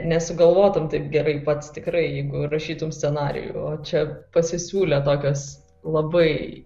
nesugalvotum taip gerai pats tikrai jeigu rašytum scenarijų o čia pasisiūlė tokios labai